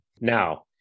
Now